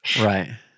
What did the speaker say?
right